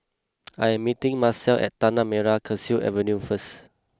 I am meeting Macel at Tanah Merah Kechil Avenue first